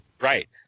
Right